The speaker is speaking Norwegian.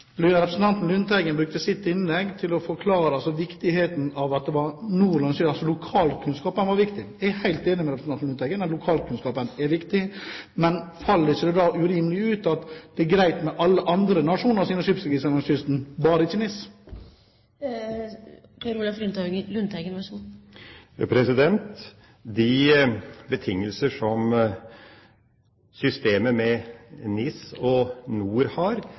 Representanten Lundteigen brukte sitt innlegg til å forklare viktigheten av NOR, altså at lokalkunnskapen var viktig. Jeg er helt enig med representanten Lundteigen i at lokalkunnskapen er viktig. Men er det ikke da urimelig at det er greit med alle andre nasjoners skipsregistre langs kysten, bare ikke med NIS? De betingelser som systemet med NIS og NOR har,